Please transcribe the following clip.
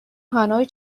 هانوی